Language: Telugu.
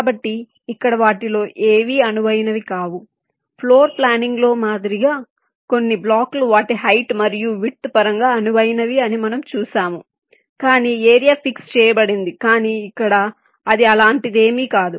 కాబట్టి ఇక్కడ వాటిలో ఏవీ అనువైనవి కావు ఫ్లోర్ ప్లానింగ్లో మాదిరిగా కొన్ని బ్లాక్లు వాటి హైట్ మరియు విడ్త్ పరంగా అనువైనవి అని మనము చూసాము కాని ఏరియా ఫిక్స్ చేయబడింది కానీ ఇక్కడ అది అలాంటిదేమీ కాదు